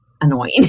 annoying